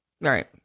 right